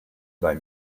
dai